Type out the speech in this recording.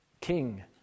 King